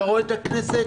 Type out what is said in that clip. אתה רואה את הכנסת?